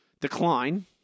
decline